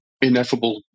ineffable